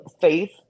faith